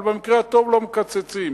אבל במקרה הטוב לא מקצצים.